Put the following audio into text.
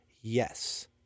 yes